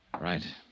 Right